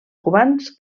cubans